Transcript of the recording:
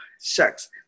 shucks